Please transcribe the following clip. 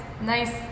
nice